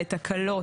לתקלות,